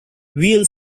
real